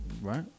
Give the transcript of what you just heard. right